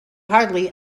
hardly